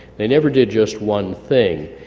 they never did just one thing.